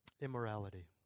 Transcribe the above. Immorality